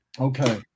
Okay